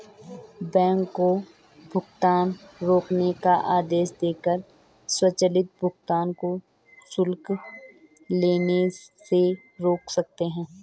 bank को भुगतान रोकने का आदेश देकर स्वचालित भुगतान को शुल्क लेने से रोक सकते हैं